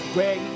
Great